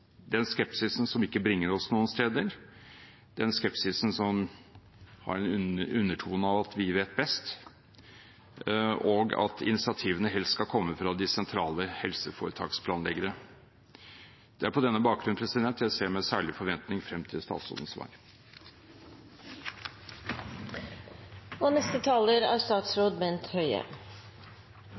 den skepsisen som ikke bringer oss noen steder, og som har en undertone av at vi vet best, og av at initiativene helst skal komme fra de sentrale helseforetaksplanleggere. Det er på denne bakgrunn jeg ser med særlig forventning frem til statsrådens svar. Nytt lokalsykehus på Aker er